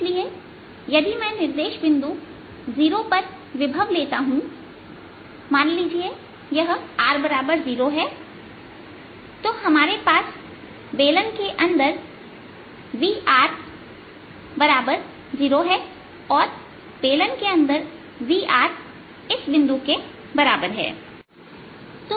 इसलिए यदि मैं निर्देश बिंदु 0 पर विभव लेता हूं मान लीजिए यह r0 है तो हमारे पास बेलन के अंदरv 0 है और बेलन के बाहर v इस बिंदु के बराबर है